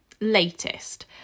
latest